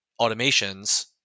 automations